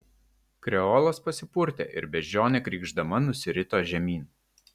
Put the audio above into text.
kreolas pasipurtė ir beždžionė krykšdama nusirito žemyn